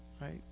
right